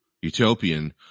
Utopian